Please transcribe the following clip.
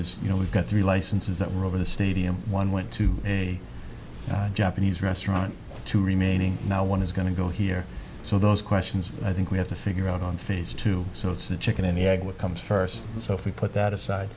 is you know we've got three licenses that were over the stadium one went to a japanese restaurant two remaining now one is going to go here so those questions i think we have to figure out on phase two so it's the chicken and the egg what comes first so if we put that aside